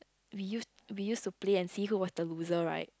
we use we use to play and see who was the loser right